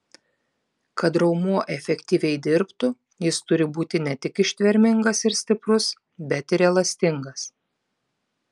kad raumuo efektyviai dirbtų jis turi būti ne tik ištvermingas ir stiprus bet ir elastingas